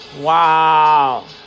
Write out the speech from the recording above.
wow